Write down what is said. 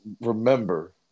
remember